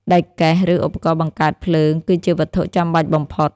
ដែកកេះ ឬឧបករណ៍បង្កើតភ្លើងគឺជាវត្ថុចាំបាច់បំផុត។